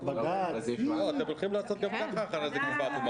זאת יו"ר הוועדה.